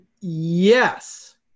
Yes